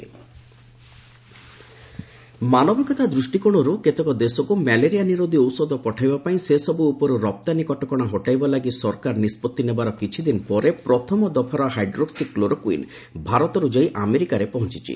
India US hydroxychloroquine ମାନବିକତା ଦୃଷ୍ଟି କୋଣରୁ କେତେକ ଦେଶକୁ ମ୍ୟାଲେରିଆ ନିରୋଧୀ ଔଷଧ ପଠାଇବା ପାଇଁ ସେସବୁ ଉପରୁ ରପ୍ତାନୀ କଟକଣା ହଟାଇବା ଲାଗି ସରକାର ନିଷ୍ପଭି ନେବାର କିଛିଦିନ ପରେ ପ୍ରଥମ ଦଫାର ହାଇଡ୍ରୋକି କ୍ଲୋରୋକ୍ଇନ୍ ଭାରତର୍ ଯାଇ ଆମେରିକାରେ ପହଞ୍ଚିଛି